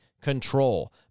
control